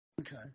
Okay